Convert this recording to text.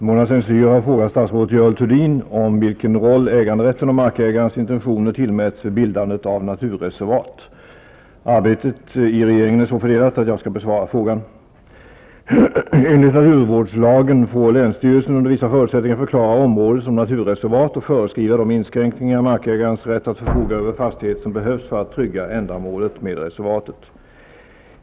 Herr talman! Mona Saint Cyr har frågat statsrådet Görel Thurdin vilken roll äganderätten och markägarens intentioner tillmäts vid bildandet av naturreservat. Arbetet i regeringen är så fördelat att jag skall besvara frågan. Enligt naturvårdslagen får länsstyrelsen under vissa förutsättningar förklara område som naturreservat och föreskriva de inskränkningar i markägarens rätt att förfoga över fastighet som behövs för att trygga ändamålet med reservatet.